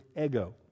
ego